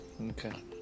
Okay